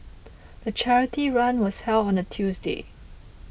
the charity run was held on a Tuesday